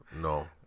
No